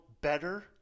better